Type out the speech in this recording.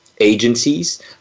agencies